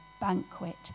banquet